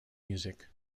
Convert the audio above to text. music